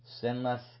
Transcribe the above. Sinless